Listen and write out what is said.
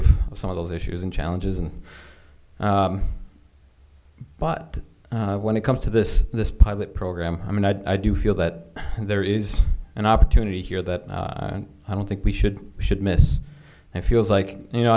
of some of those issues and challenges and but when it comes to this this pilot program i mean i do feel that there is an opportunity here that i don't think we should or should miss and feels like you know